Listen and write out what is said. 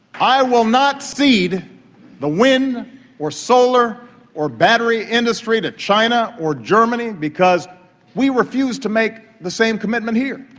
i will not cede the wind or solar or battery industry to china or germany, because we refuse to make the same commitment here.